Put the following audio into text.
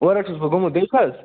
اوٗر حظ چھُس بہٕ گوٚمُت حظ